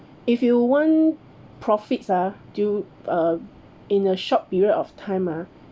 if you want profits ah do uh in a short period of time ah